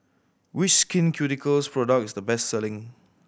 which Skin Ceuticals product is the best selling